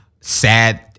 sad